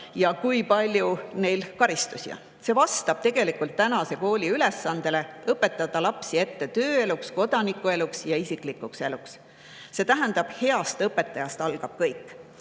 ja kui palju neil karistusi on. See vastab tegelikult tänase kooli ülesandele valmistada lapsi ette tööeluks, kodanikueluks ja isiklikuks eluks. See tähendab, et heast õpetajast algab kõik. Ja